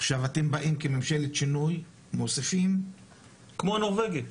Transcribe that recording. עכשיו אתם באים כממשלת שינוי ומוסיפים --- כמו נורבגים.